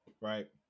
right